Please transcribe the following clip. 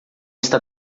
está